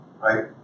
Right